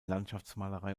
landschaftsmalerei